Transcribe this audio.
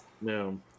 No